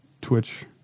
twitch